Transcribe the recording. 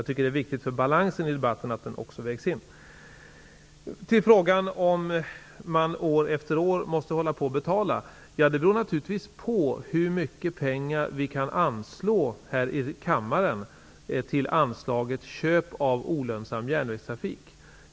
Det är viktigt för balansen i debatten att de aspekterna vägs in. Sten Andersson frågade om man år efter år måste hålla på att betala. Det beror naturligtvis på hur mycket pengar vi kan avsätta här i kammaren till anslaget Köp av olönsam järnvägstrafik.